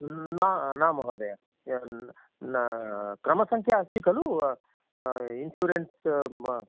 न न महोदया न क्रमसङ्ख्या अस्ति खलु इन्शुरेन्स्